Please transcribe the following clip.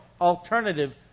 alternative